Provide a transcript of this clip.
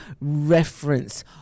reference